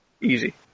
easy